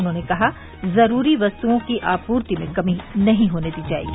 उन्होंने कहा जरूरी वस्तुओं की आपूर्ति में कमी नहीं होने दी जाएगी